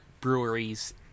breweries